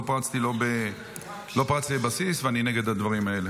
לא פרצתי לבסיס, ואני נגד הדברים האלה.